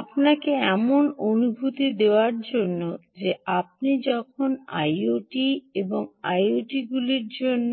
আপনাকে এমন অনুভূতি দেওয়ার জন্য যে আপনি যখন আইওটি এবং আইওটিগুলির জন্য